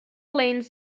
lanes